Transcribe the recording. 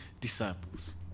disciples